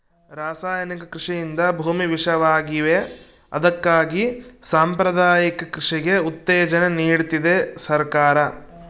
ರಾಸಾಯನಿಕ ಕೃಷಿಯಿಂದ ಭೂಮಿ ವಿಷವಾಗಿವೆ ಅದಕ್ಕಾಗಿ ಸಾಂಪ್ರದಾಯಿಕ ಕೃಷಿಗೆ ಉತ್ತೇಜನ ನೀಡ್ತಿದೆ ಸರ್ಕಾರ